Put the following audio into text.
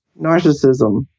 Narcissism